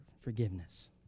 forgiveness